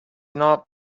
not